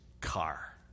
car